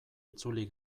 itzuli